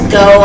go